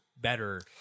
better